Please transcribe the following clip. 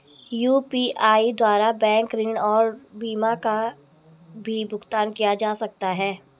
UPI द्वारा bank ऋण और बीमा का भी भुगतान किया जा सकता है?